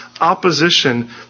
opposition